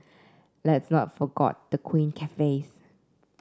let's not forgot the quaint cafes